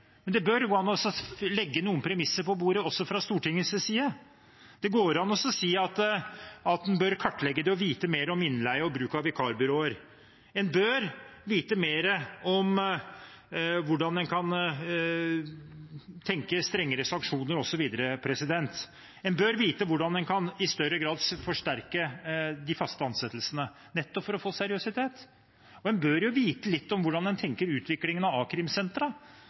Det bør gå an å legge noen premisser på bordet også fra Stortingets side. Det går an å si at en bør kartlegge det for å få vite mer om innleie og bruk av vikarbyråer. En bør vite mer om hvordan en kan tenke seg strengere sanksjoner, osv. En bør vite hvordan en i større grad kan forsterke de faste ansettelsene, nettopp for å få seriøsitet. En bør jo vite litt om hvordan en tenker seg utviklingen av